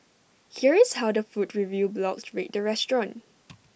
here is how the food review blogs rate the restaurant